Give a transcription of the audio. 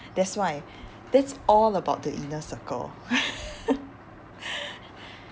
that's why that's all about the inner circle